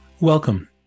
Welcome